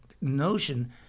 notion